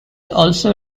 also